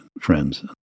friends